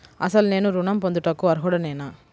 అసలు నేను ఋణం పొందుటకు అర్హుడనేన?